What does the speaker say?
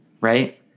Right